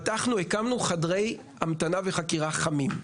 הקמנו חדרי המתנה וחקירה חמים,